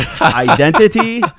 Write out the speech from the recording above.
identity